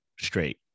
straight